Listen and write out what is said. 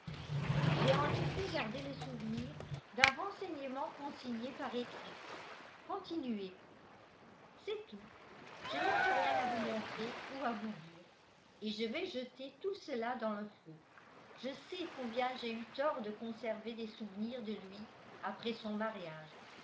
j'ai en effet gardé le souvenir d'un renseignement consigné par écrit continuez c'est tout je n'ai plus rien à vous montrer ou à vous dire et je vais jeter tout cela dans le feu je sais combien j'ai eu tort de conserver des souvenirs de lui après son mariage